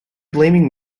blaming